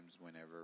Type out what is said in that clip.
whenever